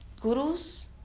Gurus